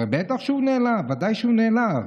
בטח שהוא נעלב, ודאי שהוא נעלב,